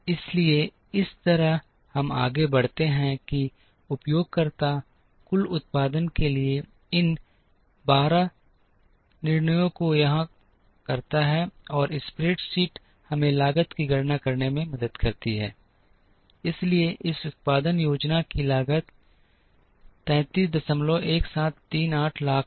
इसलिए इस तरह हम आगे बढ़ते हैं कि उपयोगकर्ता कुल उत्पादन के लिए इन 12 निर्णयों को यहां करता है और स्प्रेडशीट हमें लागत की गणना करने में मदद करती है इसलिए इस उत्पादन योजना की लागत 331738 लाख है